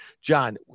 John